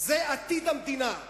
זה עתיד המדינה.